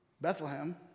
Bethlehem